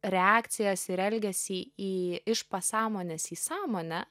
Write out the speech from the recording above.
reakcijas ir elgesį į iš pasąmonės į sąmonę